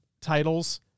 titles